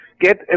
Get